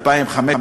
2015,